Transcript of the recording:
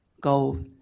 go